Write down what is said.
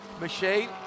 machine